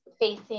facing